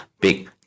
big